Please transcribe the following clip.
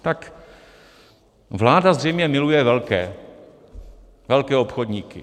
Tak vláda zřejmě miluje velké, velké obchodníky.